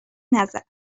نظر